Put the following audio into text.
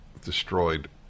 destroyed